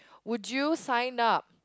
would you sign up